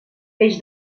peix